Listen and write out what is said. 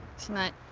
sneak